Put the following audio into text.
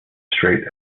straight